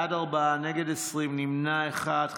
בעד, ארבעה, נגד, 20, נמנע אחד.